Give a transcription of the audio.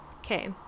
Okay